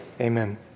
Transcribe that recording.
Amen